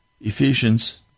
Ephesians